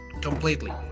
completely